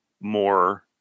more